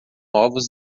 ovos